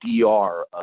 DR